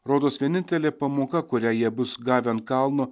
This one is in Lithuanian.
rodos vienintelė pamoka kurią jie bus gavę ant kalno